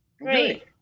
Great